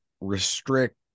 restrict